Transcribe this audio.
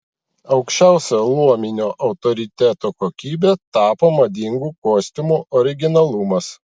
aukščiausia luominio autoriteto kokybe tapo madingų kostiumų originalumas